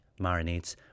marinades